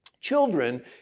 Children